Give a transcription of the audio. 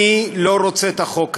אני לא רוצה את החוק הזה,